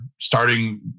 starting